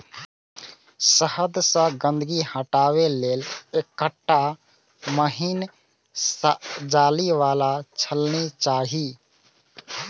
शहद सं गंदगी हटाबै लेल एकटा महीन जाली बला छलनी चाही